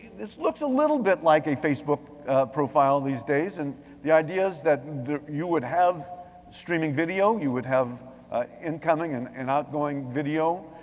this looks a little bit like a facebook profile these days and the ideas that you would have streaming video, you would have incoming and and outgoing video,